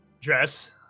dress